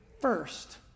First